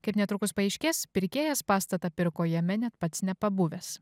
kaip netrukus paaiškės pirkėjas pastatą pirko jame net pats nepabuvęs